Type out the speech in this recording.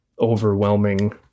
overwhelming